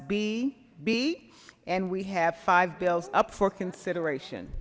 b b and we have five bills up for consideration